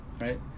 right